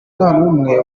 ntanumwe